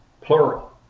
plural